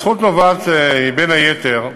הזכות נובעת, בין היתר,